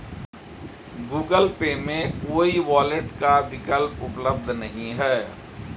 Google Pay में कोई wallet का विकल्प उपलब्ध नहीं है